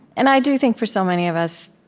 and i do think, for so many of us,